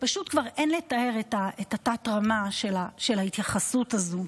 פשוט כבר אין לתאר את התת-רמה של ההתייחסות הזו.